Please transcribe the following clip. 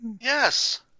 Yes